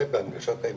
זה בהנגשת האמצעים,